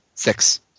Six